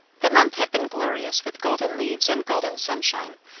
the month had been glorious with golden leaves and golden sunshine,